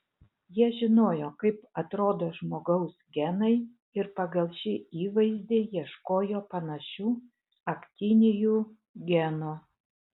jie žinojo kaip atrodo žmogaus genai ir pagal šį įvaizdį ieškojo panašių aktinijų genų